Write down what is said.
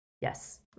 Yes